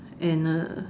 and uh